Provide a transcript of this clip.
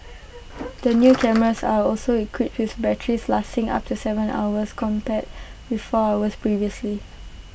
the new cameras are also equipped with batteries lasting up to Seven hours compared with four hours previously